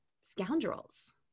scoundrels